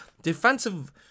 defensive